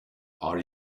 are